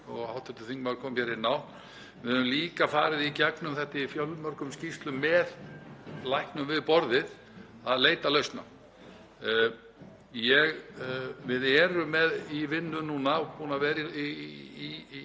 sem hv. þingmaður kom inn á, að við höfum líka farið í gegnum þetta í fjölmörgum skýrslum með læknum við borðið og leitað lausna. Við erum með í vinnu núna og búin að vera